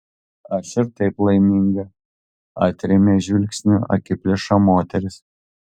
aš ir taip laiminga atrėmė žvilgsniu akiplėšą moteris